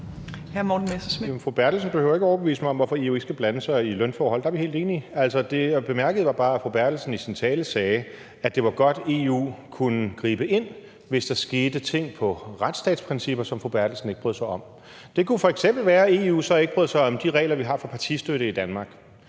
fru Anne Valentina Berthelsen behøver ikke at overbevise mig om, hvorfor EU ikke skal blande sig i lønforhold. Der er vi helt enige. Jeg bemærkede bare, at fru Anne Valentina Berthelsen i sin tale sagde, at det var godt, at EU kunne gribe ind, hvis der skete ting inden for retsstatsprincipper, som fru Anne Valentina Berthelsen ikke brød sig om. Det kunne f.eks. være, at EU så ikke brød sig om de regler, vi har for partistøtte i Danmark.